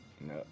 No